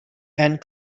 and